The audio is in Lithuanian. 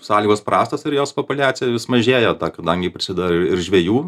sąlygos prastos ir jos populiacija vis mažėja kadangi prisideda ir žvejų